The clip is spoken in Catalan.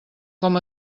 com